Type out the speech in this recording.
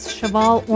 Cheval